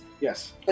Yes